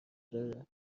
داره